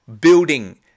building